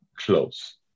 close